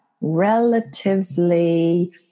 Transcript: relatively